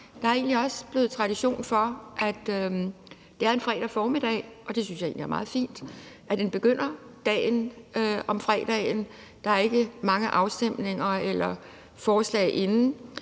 egentlig også blevet tradition for, at man tager den årlige debat en fredag formiddag, og det synes jeg er meget fint. Den begynder dagen om fredagen, hvor der ikke er mange afstemninger eller forslag inden,